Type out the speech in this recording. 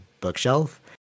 bookshelf